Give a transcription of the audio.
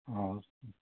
हवस्